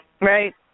Right